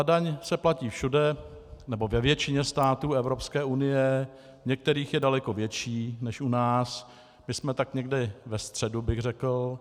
Daň se platí všude, nebo ve většině států Evropské unie, v některých je daleko větší než u nás, my jsme tak někde ve středu, řekl bych.